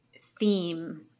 theme